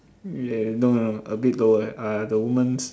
yeah no no a bit lower err the woman's